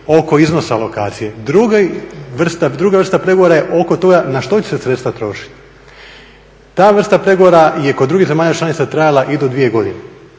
oko iznosa alokacije. Druga vrsta pregovora je oko toga na što će se sredstva trošiti. Ta vrsta pregovora je kod drugih zemalja članica trajala i do dvije godine.